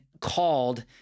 called